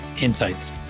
insights